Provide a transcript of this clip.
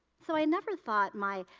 so, i never thought my,